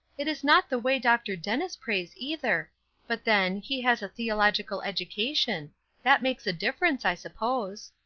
it is not the way dr. dennis prays, either but then, he has a theological education that makes a difference, i suppose.